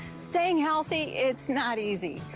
staying healthy, it's not easy.